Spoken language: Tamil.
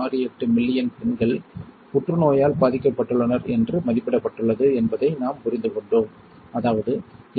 68 மில்லியன் பெண்கள் புற்றுநோயால் பாதிக்கப்பட்டுள்ளனர் என்று மதிப்பிடப்பட்டுள்ளது என்பதை நாம் புரிந்துகொண்டோம் அதாவது